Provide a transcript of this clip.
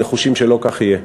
נחושים שלא כך יהיה.